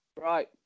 right